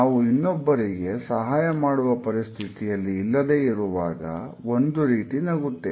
ನಾವು ಇನ್ನೊಬ್ಬರಿಗೆ ಸಹಾಯ ಮಾಡುವ ಪರಿಸ್ಥಿತಿಯಲ್ಲಿ ಇಲ್ಲದೆ ಇರುವಾಗ ಒಂದುರೀತಿ ನಗುತ್ತೇವೆ